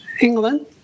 England